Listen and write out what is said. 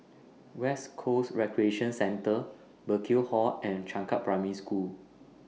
West Coast Recreation Centre Burkill Hall and Changkat Primary School